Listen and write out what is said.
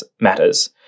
matters